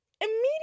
immediately